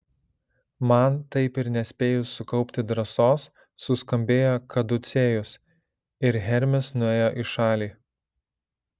man taip ir nespėjus sukaupti drąsos suskambėjo kaducėjus ir hermis nuėjo į šalį